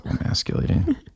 emasculating